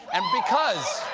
and because